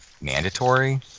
mandatory